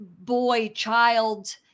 boy-child